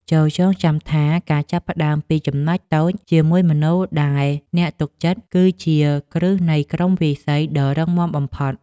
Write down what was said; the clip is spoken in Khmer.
ចូរចងចាំថា ការចាប់ផ្ដើមពីចំណុចតូចជាមួយមនុស្សដែលអ្នកទុកចិត្ត គឺជាគ្រឹះនៃក្រុមវាយសីដ៏រឹងមាំបំផុត។